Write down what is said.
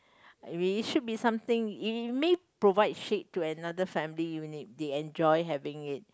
I mean it should be something it may provide shade to another family and they enjoy having it